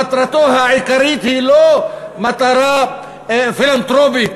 מטרתו העיקרית היא לא מטרה פילנתרופית,